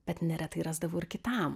bet neretai rasdavau ir kitam